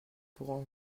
pourront